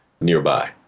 nearby